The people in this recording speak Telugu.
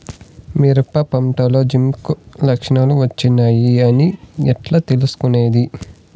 మిరప పంటలో జింక్ లక్షణాలు వచ్చాయి అని ఎట్లా తెలుసుకొనేది?